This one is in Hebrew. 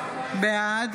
בעד